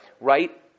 right